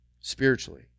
spiritually